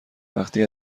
وقتی